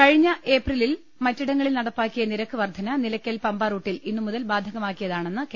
കഴിഞ്ഞ ഏപ്രിലിൽ മറ്റിടങ്ങളിൽ നടപ്പാക്കിയ നിരക്ക് വർദ്ധന നിലയ്ക്കൽ പമ്പ റൂട്ടിൽ ഇന്ന് മുതൽ ബാധകമാക്കിയതാണെന്ന് കെ